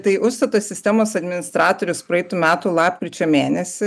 tai užstato sistemos administratorius praeitų metų lapkričio mėnesį